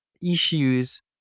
issues